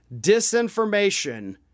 disinformation